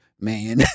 man